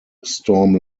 storm